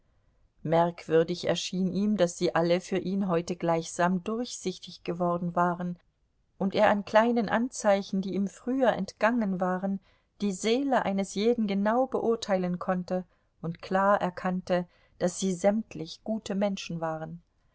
merkwürdig erschien ihm daß sie alle für ihn heute gleichsam durchsichtig geworden waren und er an kleinen anzeichen die ihm früher entgangen waren die seele eines jeden genau beurteilen konnte und klar erkannte daß sie sämtlich gute menschen waren